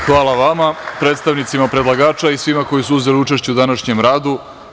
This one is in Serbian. Hvala vama, predstavnicima predlagača i svima koji su uzeli učešće u današnjem radu.